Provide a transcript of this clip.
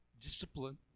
discipline